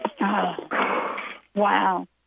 Wow